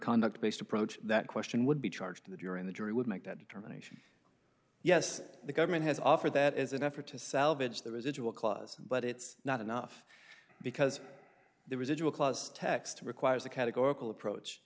conduct based approach that question would be charged during the jury would make that determination yes the government has offered that as an effort to salvage the residual clause but it's not enough because the residual clause text requires a categorical approach